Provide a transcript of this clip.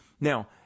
Now